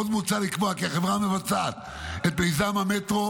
עוד מוצע לקבוע כי החברה המבצעת את מיזם המטרו